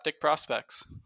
prospects